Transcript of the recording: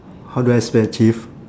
how do I spell achieve